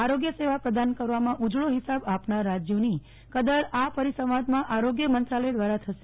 આરોગ્ય સેવા પ્રદાન કરવામાં ઉજળો હિસાબ આપનાર રાજ્યોને કદર આ પરી સંવાદમાં આરોગ્ય મંત્રાલય દ્વારા થશે